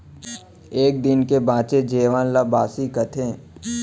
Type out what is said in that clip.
एक दिन के बांचे जेवन ल बासी कथें